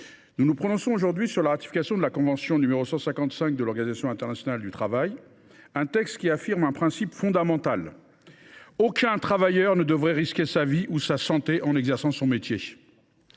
nous nous prononçons aujourd’hui sur un projet de loi de ratification de la convention n° 155 de l’Organisation internationale du travail. Ce texte affirme un principe fondamental : aucun travailleur ne devrait risquer sa vie ou sa santé en exerçant son métier.